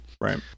Right